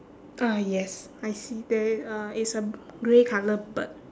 ah yes I see there uh is a grey colour bird